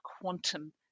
quantum